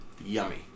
Yummy